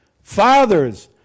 Father's